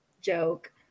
joke